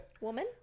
woman